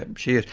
ah she is.